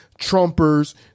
trumpers